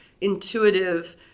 intuitive